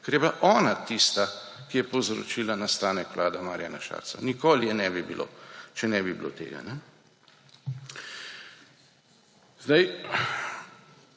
Ker je bila ona tista, ki je povzročila nastanek vlade Marjana Šarca. Nikoli je ne bi bilo, če ne bi bilo tega. Ko